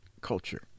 culture